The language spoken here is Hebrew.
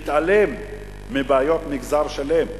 מתעלם מבעיות מגזר שלם.